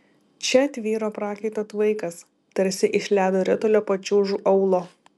čia tvyro prakaito tvaikas tarsi iš ledo ritulio pačiūžų aulo